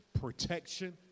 protection